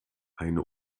eine